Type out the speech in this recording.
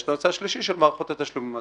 יש את הדבר השלישי שהוא מערכות התשלומים עצמם.